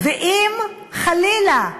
ואם, חלילה,